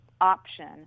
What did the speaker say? option